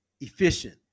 efficient